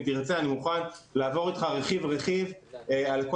אם תרצה אני מוכן לעבור איתך רכיב-רכיב על כל